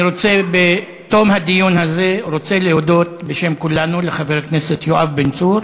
אני רוצה בתום הדיון הזה להודות בשם כולנו לחבר הכנסת יואב בן צור